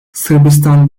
sırbistan